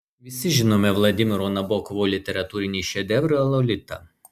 visi žinome vladimiro nabokovo literatūrinį šedevrą lolita